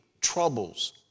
troubles